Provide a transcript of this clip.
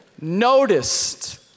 noticed